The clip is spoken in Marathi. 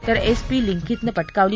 तर एस पी लिंखीतनं पटकावली